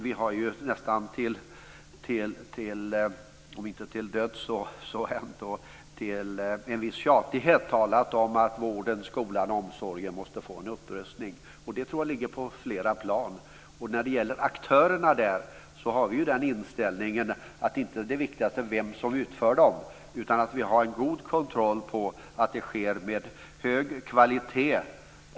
Vi har ju med en viss tjatighet talat om att vården, skolan och omsorgen måste få en upprustning. Och jag tror att det handlar om flera plan. När det gäller aktörerna har vi den inställningen att det viktigaste inte är vem som utför det här utan att vi har en god kontroll på att det här sker med hög kvalitet.